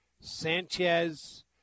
Sanchez